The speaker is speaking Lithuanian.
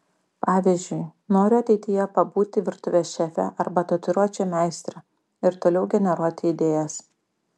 pavyzdžiui noriu ateityje pabūti virtuvės šefe arba tatuiruočių meistre ir toliau generuoti idėjas